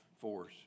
force